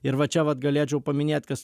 ir va čia vat galėčiau paminėt kas